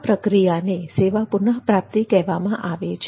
આ પ્રક્રિયાને સેવા પુન પ્રાપ્તિ કહેવામાં આવે છે